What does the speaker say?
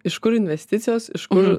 iš kur investicijos iš kur